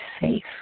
safe